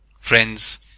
Friends